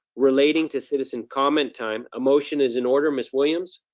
relating to citizen comment time. a motion is in order, miss williams.